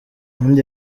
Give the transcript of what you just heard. ibindi